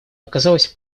оказалось